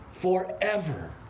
forever